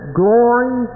glory